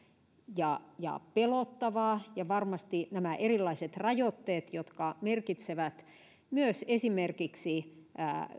ja ja pelottavaa ja varmasti nämä erilaiset rajoitteet jotka merkitsevät esimerkiksi